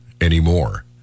anymore